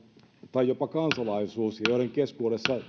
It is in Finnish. tai jopa kansalaisuus ja joiden keskuudessa